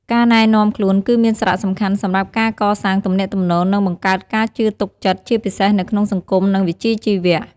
ការណែនាំខ្លួនគឺមានសារៈសំខាន់សម្រាប់ការកសាងទំនាក់ទំនង និងបង្កើតការជឿទុកចិត្ត ជាពិសេសនៅក្នុងសង្គម និងវិជ្ជាជីវៈ។